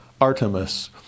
Artemis